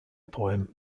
poem